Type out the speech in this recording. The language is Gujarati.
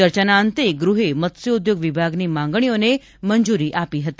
ચર્ચાના અંતે ગૃહે મત્સ્યોદ્યોગ વિભાગની માંગણીઓને મંજુરી આપી હતી